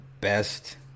best